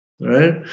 right